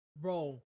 Bro